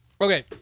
Okay